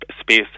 space